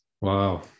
Wow